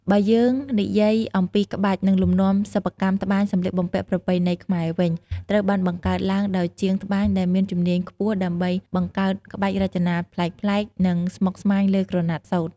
បើយើងនិយាយអំពីក្បាច់ និងលំនាំសិប្បកម្មត្បាញសម្លៀកបំពាក់ប្រពៃណីខ្មែរវិញ ត្រូវបានបង្កើតឡើងដោយជាងត្បាញដែលមានជំនាញខ្ពស់ដើម្បីបង្កើតក្បាច់រចនាប្លែកៗ និងស្មុគស្មាញលើក្រណាត់សូត្រ។